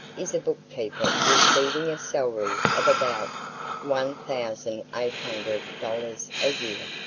is a bookkeeper receiving a salary of about one thousand eight hundred dollars a year.